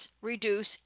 reduce